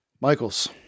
Michaels